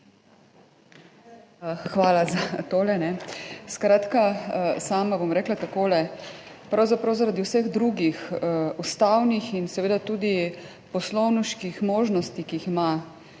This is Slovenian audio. Hvala za tole. Skratka, sama bom rekla takole, pravzaprav zaradi vseh drugih ustavnih in seveda tudi poslovniških možnosti, ki jih ima